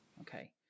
Okay